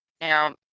Now